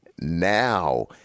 Now